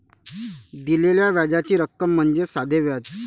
दिलेल्या व्याजाची रक्कम म्हणजे साधे व्याज